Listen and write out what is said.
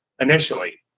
initially